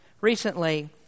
Recently